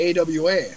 AWA